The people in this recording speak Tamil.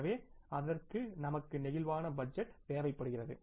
எனவே அதற்கு நமக்கு பிளேக்சிபிள் பட்ஜெட் தேவைபடுகிறது